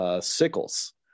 Sickles